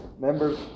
Members